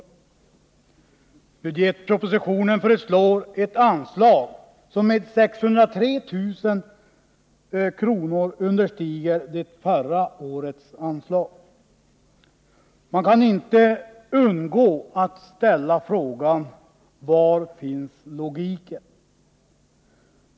I budgetpropositionen däremot föreslås ett anslag som med 603 000 kr. understiger förra årets anslag. Man kan inte undgå att ställa frågan: Var finns logiken?